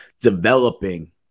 developing